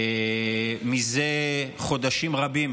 זה חודשים רבים